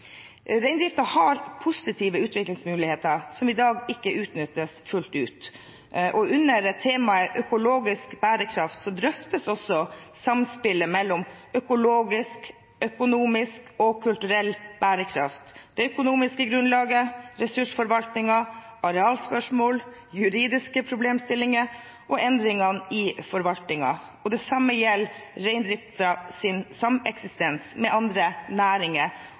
har positive utviklingsmuligheter som i dag ikke utnyttes fullt ut. Under temaet økologisk bærekraft drøftes også samspillet mellom økologisk, økonomisk og kulturell bærekraft, det økonomiske grunnlaget, ressursforvaltningen, arealspørsmål, juridiske problemstillinger og endringene i forvaltningen, og det samme gjelder reindriftens sameksistens med andre næringer